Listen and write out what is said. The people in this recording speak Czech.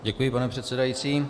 Děkuji, pane předsedající.